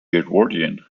edwardian